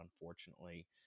unfortunately